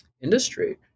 industry